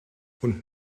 und